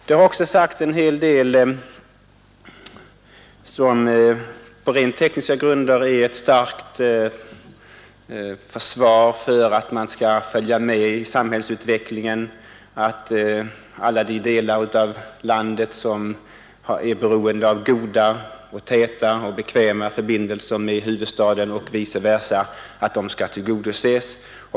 Det har också sagts en hel del som på rent tekniska grunder är ett starkt försvar för att man skall följa med i samhällsutvecklingen, att alla de delar av landet som är beroende av goda, täta och bekväma förbindelser med huvudstaden och vice versa skall bli tillgodosedda.